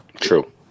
true